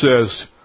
says